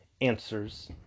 answers